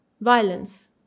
violence